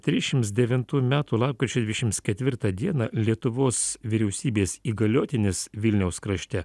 trisdešims devintųjų metų lapkričio dvidešims ketvirtą dieną lietuvos vyriausybės įgaliotinis vilniaus krašte